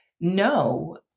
no